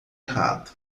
errado